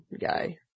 guy